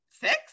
six